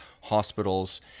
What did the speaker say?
hospitals